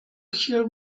hear